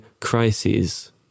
crises